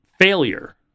failure